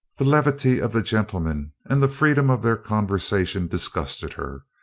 the levity of the gentlemen and the freedom of their conversation disgusted her.